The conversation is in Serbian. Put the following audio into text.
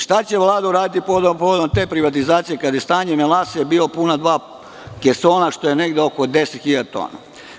Šta će Vlada uraditi povodom te privatizacije kada je stanje melase bilo puna dva kesona, što je negde oko 10.000 tona?